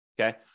okay